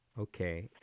Okay